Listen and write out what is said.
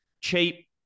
cheap